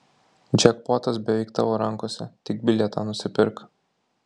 džekpotas beveik tavo rankose tik bilietą nusipirk